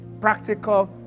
practical